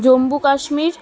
Jammu Kashmir